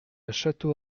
château